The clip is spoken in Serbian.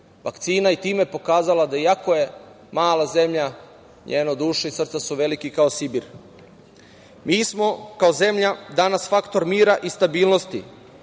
vakcina i time pokazala da iako je mala zemlja, njena duša i srce su veliki kao Sibir. Mi smo kao zemlja danas faktor mira i stabilnosti